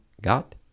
Got